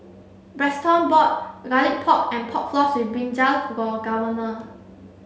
Braxton bought garlic pork and pork floss with Brinjal for Governor